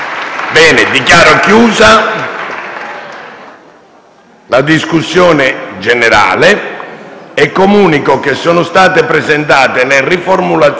la discussione. Comunico che sono state presentate le riformulazioni delle seguenti mozioni: